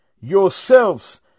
yourselves